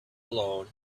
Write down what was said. alone